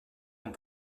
vont